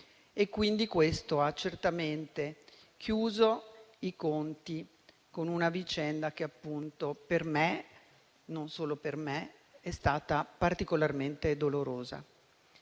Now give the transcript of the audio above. e dunque questo ha certamente chiuso i conti con una vicenda che per me (ma non solo per me) è stata particolarmente dolorosa.